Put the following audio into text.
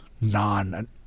non